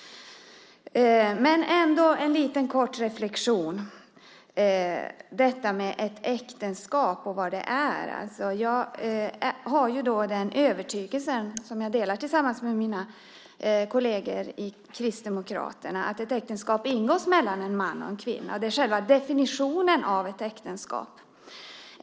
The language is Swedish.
Jag har en kort reflexion om vad ett äktenskap är. Jag har den övertygelsen, som jag delar med mina kolleger i Kristdemokraterna, att äktenskap ingås mellan en man och en kvinna. Det är själva definitionen av ett äktenskap.